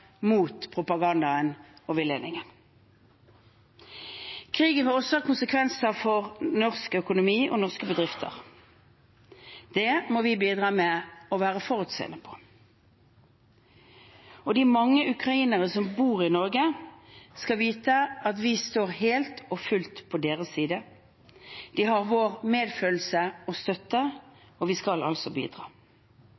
mot propaganda og villedning. Krigen vil også ha konsekvenser for norsk økonomi og norske bedrifter. Der må vi bidra til å være forutseende. De mange ukrainere som bor i Norge, skal vite at vi står helt og fullt på deres side. De har vår medfølelse og støtte,